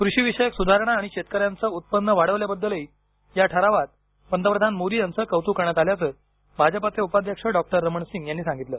कृषिविषयक सुधारणा आणि शेतकऱ्यांचं उत्पन्न वाढवल्याबद्दलही या ठरावात पंतप्रधान मोदी यांचं कौतुक करण्यात आल्याचं भाजपाचे उपाध्यक्ष डॉक्टर रमण सिंग यांनी सांगितलं